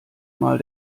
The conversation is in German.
mal